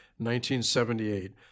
1978